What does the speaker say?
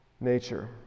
nature